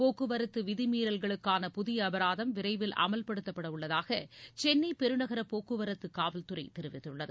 போக்குவரத்து விதிமீறல்களுக்கான புதிய அபராதம் விரைவில் அமல்படுத்தப்பட உள்ளதாக சென்னை பெருநகர போக்குவரத்து காவல்துறை தெரிவித்துள்ளது